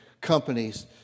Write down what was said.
companies